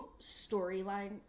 storyline